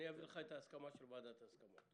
אביא לך את ההסכמה של ועדת ההסכמות.